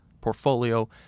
portfolio